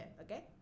okay